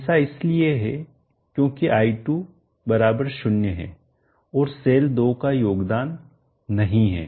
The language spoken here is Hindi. ऐसा इसलिए है क्योंकि i2 0 है और सेल 2 का कोई योगदान नहीं है